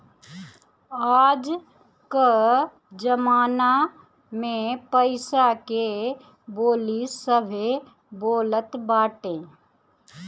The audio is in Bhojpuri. आज कअ जमाना में पईसा के बोली सभे बोलत बाटे